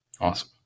Awesome